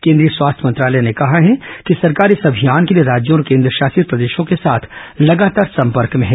केंद्रीय स्वास्थ्य मंत्रालय ने कहा है कि सरकार इस अभियान के लिए राज्यों और केंद्रशासित प्रदेशों के साथ लगातार संपर्क में है